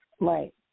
Right